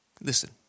Listen